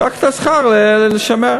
רק את השכר לשמר.